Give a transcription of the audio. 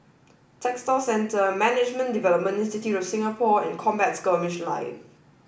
Textile Centre Management Development Institute of Singapore and Combat Skirmish Live